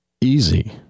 easy